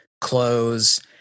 clothes